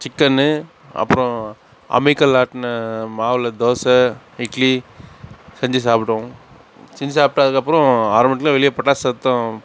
chicken அப்புறம் அம்மிக்கல்லில் ஆட்டின மாவில் தோசை இட்லி செஞ்சு சாப்பிடுவோம் செஞ்சு சாப்பிட்டு அதுக்கப்புறம் ஆறு மணிக்குலாம் வெளியே பட்டாசு சத்தம்